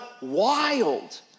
wild